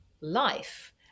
life